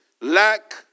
Lack